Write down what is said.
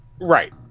Right